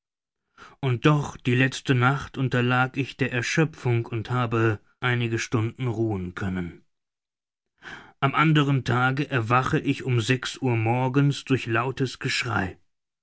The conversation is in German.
und doch die letzte nacht unterlag ich der erschöpfung und habe einige stunden ruhen können am anderen tage erwache ich um sechs uhr morgens durch lautes geschrei